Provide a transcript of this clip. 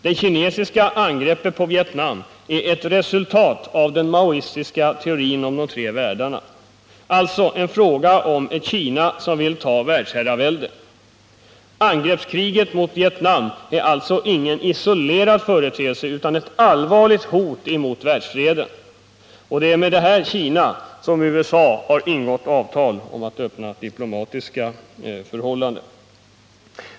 Det kinesiska angreppet på Vietnam är ett resultat av den maoistiska teorin om de tre världarna, alltså en fråga om att Kina vill ta världsherraväldet. Angreppskriget mot Vietnam är alltså ingen isolerad företeelse, utan eu allvarligt hot mot världsfreden. Det är med detta Kina som USA har ingått avtal om att öppna diplomatiska förbindelser.